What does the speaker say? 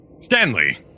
Stanley